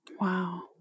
Wow